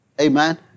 Amen